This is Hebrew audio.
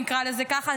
נקרא לזה ככה,